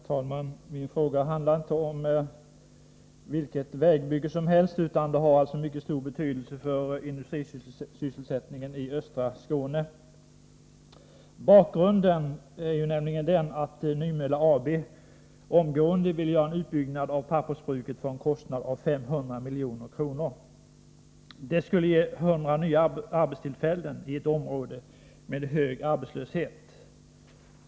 Herr talman! Min fråga handlar inte om vilket vägbygge som helst, utan den har en mycket stor betydelse för industrisysselsättningen i östra Skåne. Bakgrunden är den att Nymölla AB omgående vill göra en utbyggnad av pappersbruket för en kostnad av 500 milj.kr. Det skulle ge 100 nya arbetstillfällen i ett område med hög arbetslöshet.